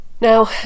Now